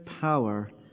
power